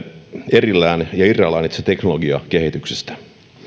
erillään ja irrallaan itse teknologiakehityksestä